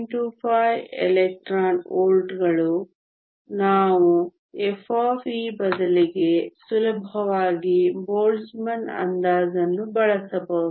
25 electron ವೋಲ್ಟ್ಗಳು ನಾವು f ಬದಲಿಗೆ ಸುಲಭವಾಗಿ ಬೋಲ್ಟ್ಜ್ ಮನ್ ಅಂದಾಜನ್ನು ಬಳಸಬಹುದು